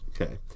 Okay